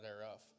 thereof